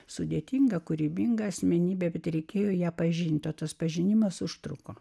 sudėtinga kūrybinga asmenybė tereikėjo ją pažinti o tas pažinimas užtruko